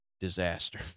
disaster